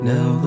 Now